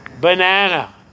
banana